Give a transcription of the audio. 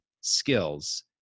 skills